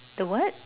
the what